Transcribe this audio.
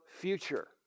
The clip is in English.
future